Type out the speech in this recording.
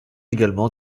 également